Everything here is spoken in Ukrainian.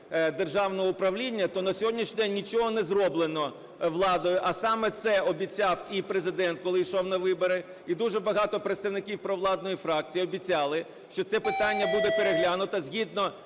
державного управління, то на сьогоднішній день нічого не зроблено владою. А саме це обіцяв і Президент, коли йшов на вибори, і дуже багато представників провладної фракції обіцяли, що це питання буде переглянуто згідно